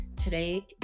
Today